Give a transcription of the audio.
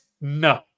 No